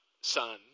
son